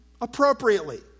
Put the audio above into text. appropriately